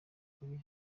ukuri